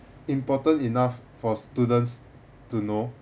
important enough for students to know